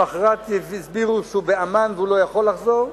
למחרת הסבירו שהוא בעמאן והוא לא יכול לחזור,